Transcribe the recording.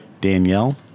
Danielle